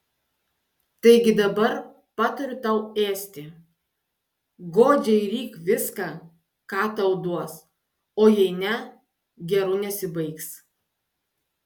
taigi dabar patariu tau ėsti godžiai ryk viską ką tau duos o jei ne geru nesibaigs